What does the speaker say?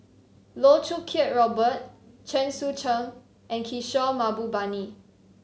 Loh Choo Kiat Robert Chen Sucheng and Kishore Mahbubani